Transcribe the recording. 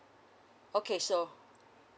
okay so